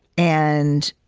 and